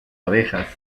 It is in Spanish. abejas